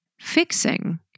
Fixing